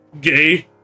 gay